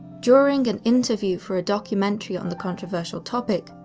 during an interview for a documentary on the controversial topic,